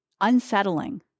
unsettling